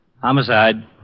Homicide